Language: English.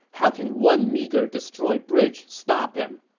how can one meager destroyed bridge stop him?